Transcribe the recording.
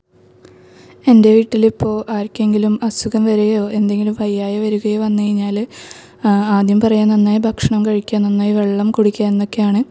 എൻ്റെ വീട്ടിലിപ്പോൾ ആർക്കെങ്കിലും അസുഖം വരികയോ എന്തെങ്കിലും വയ്യായ്ക വരികയോ വന്ന് കഴിഞ്ഞാല് ആദ്യം പറയുക നന്നായി ഭക്ഷണം കഴിക്കുക നന്നായി വെള്ളം കുടിയ്ക്കാ എന്നൊക്കെയാണ്